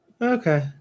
Okay